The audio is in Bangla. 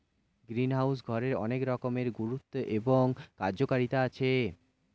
গ্রিনহাউস ঘরের অনেক রকমের গুরুত্ব এবং কার্যকারিতা আছে